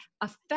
affect